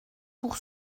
pour